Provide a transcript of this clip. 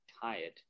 tired